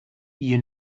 you